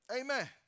Amen